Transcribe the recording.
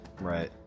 Right